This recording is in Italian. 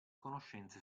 conoscenze